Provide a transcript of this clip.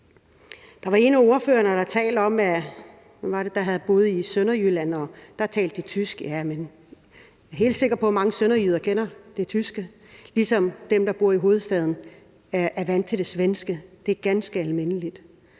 Der var en af ordførerne, der talte om at have boet i Sønderjylland, og at der taler læger tysk. Ja, men jeg er helt sikker på, at mange sønderjyder kan tysk, ligesom dem, der bor i hovedstaden, er vant til svensk. Det er ganske almindeligt.